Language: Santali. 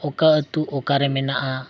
ᱚᱠᱟ ᱟᱛᱳ ᱚᱠᱟᱨᱮ ᱢᱮᱱᱟᱜᱼᱟ